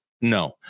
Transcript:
no